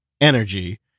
energy